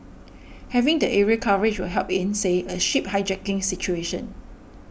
having the aerial coverage will help in say a ship hijacking situation